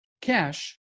cash